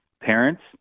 parents